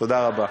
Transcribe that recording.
תודה רבה.